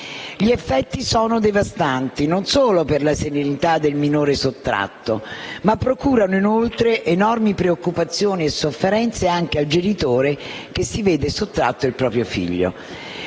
Gli effetti sono devastanti non solo per la serenità del minore sottratto, ma anche in quanto procurano enormi preoccupazioni e sofferenze al genitore che si vede sottratto il proprio figlio.